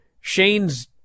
Shane's